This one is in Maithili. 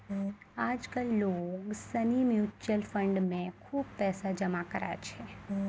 आज कल लोग सनी म्यूचुअल फंड मे खुब पैसा जमा करै छै